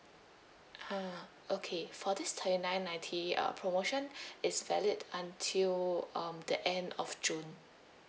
ah okay for this thirty nine ninety uh promotion it's valid until um the end of june